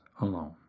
alone